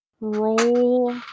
roll